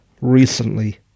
recently